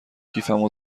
کیفمو